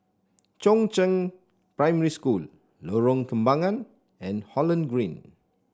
Chongzheng Primary School Lorong Kembagan and Holland Green